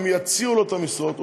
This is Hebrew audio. הם יציעו לעובד את המשרות,